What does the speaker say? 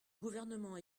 gouvernement